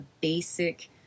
basic